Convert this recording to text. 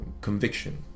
conviction